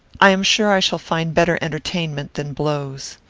i am sure i shall find better entertainment than blows.